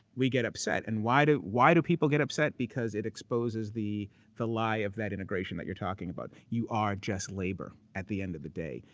we get upset. and why do why do people get upset? because it exposes the the lie of that integration that you're talking about. you are just labor at the end of the day.